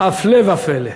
הפלא ופלא: